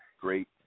great